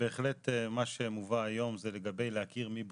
בהחלט מה שמובא היום זה לגבי להכיר מי בודד.